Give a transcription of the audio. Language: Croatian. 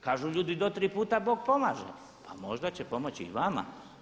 Kažu ljudi do tri puta Bog pomaže, pa možda će pomoći i vama.